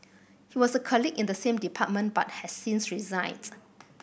he was a colleague in the same department but has since resigns